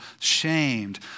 shamed